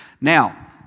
Now